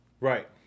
Right